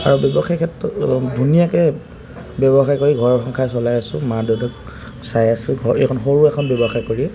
আৰু ব্যৱসায় ক্ষেত্ৰত ধুনীয়াকৈ ব্যৱসায় কৰি ঘৰ সংসাৰ চলাই আছোঁ মা দেউতাক চাই আছোঁ ঘৰ এইখন সৰু এখন ব্যৱসায় কৰিয়ে